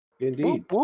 Indeed